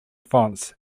fonts